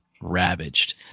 ravaged